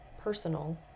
personal